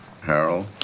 Harold